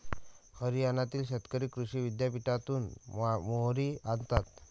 हरियाणातील शेतकरी कृषी विद्यापीठातून मोहरी आणतात